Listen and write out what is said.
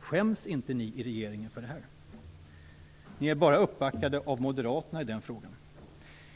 Skäms inte ni i regeringen för detta? Ni är i denna fråga bara uppbackade av Moderaterna.